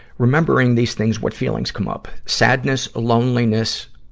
remembering these things, what feelings come up? sadness, loneliness,